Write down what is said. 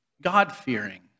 God-fearing